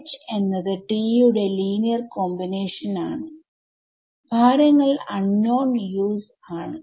H എന്നത് T യുടെ linear കോമ്പിനേഷൻആണ് ഭാരങ്ങൾ അൺനോൺUs ആണ്